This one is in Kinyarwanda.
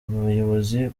bayobozi